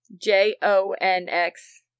J-O-N-X